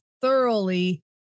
thoroughly